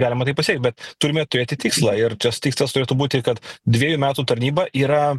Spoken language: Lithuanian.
galima tai pasiekt bet turime turėti tikslą ir tas tikslas turėtų būti kad dviejų metų tarnyba yra